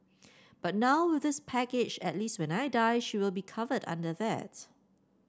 but now with this package at least when I die she will be covered under that